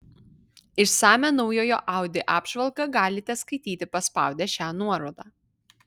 išsamią naujojo audi apžvalgą galite skaityti paspaudę šią nuorodą